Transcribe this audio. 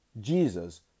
Jesus